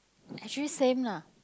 actually same lah